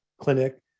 clinic